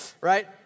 right